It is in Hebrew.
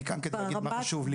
אני כאן כדי להגיד מה חשוב לי.